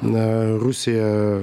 na rusija